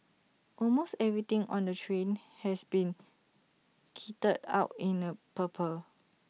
almost everything on the train has been kitted out in the purple